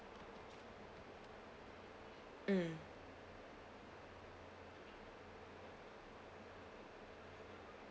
mm